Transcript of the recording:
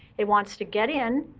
it wants to get in,